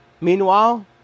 Meanwhile